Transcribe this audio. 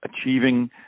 achieving